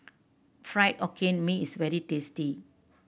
Fried Hokkien Mee is very tasty